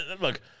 look